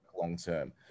long-term